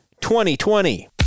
2020